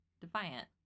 defiant